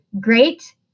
great